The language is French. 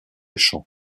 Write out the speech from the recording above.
chant